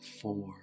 four